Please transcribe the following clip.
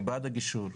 אני בעד הגישור,